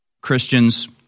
Christians